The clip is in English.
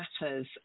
Matters